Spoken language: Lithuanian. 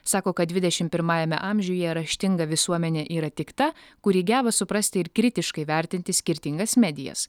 sako kad dvidešim pirmajame amžiuje raštinga visuomenė yra tik ta kuri geba suprasti ir kritiškai vertinti skirtingas medijas